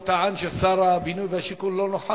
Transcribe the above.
הוא טען ששר הבינוי והשיכון לא נוכח,